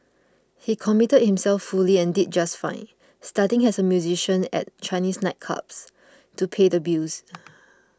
he committed himself fully and did just fine starting as a musician at Chinese nightclubs to pay the bills